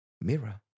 Mirror